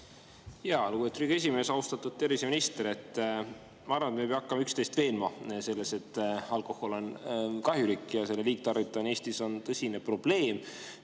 Riigikogu esimees! Austatud terviseminister! Ma arvan, et me ei pea hakkama üksteist veenma selles, et alkohol on kahjulik ja selle liigtarvitamine Eestis on tõsine probleem.